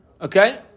Okay